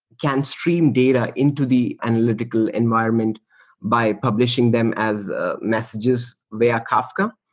can stream data into the analytical environment by publishing them as ah messages via kafka.